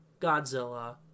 Godzilla